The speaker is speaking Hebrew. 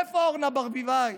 איפה אורנה ברביבאי?